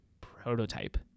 prototype